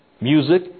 music